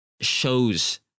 shows